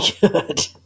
good